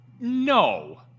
no